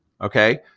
okay